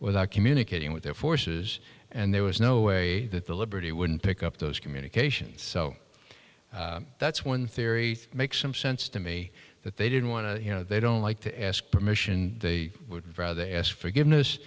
without communicating with their forces and there was no way that the liberty wouldn't pick up those communications so that's one theory makes some sense to me that they didn't want to you know they don't like to ask permission they would rather they asked forgiveness